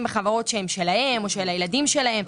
בחברות שהן שלהם או של הילדים שלהם,